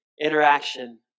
interaction